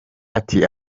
ati